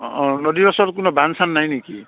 অঁ অঁ নদীৰ ওচৰত কোনো বান্ধ চান্ধ নাই নেকি